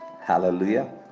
Hallelujah